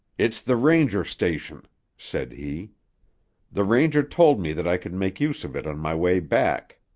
it's the ranger-station, said he the ranger told me that i could make use of it on my way back.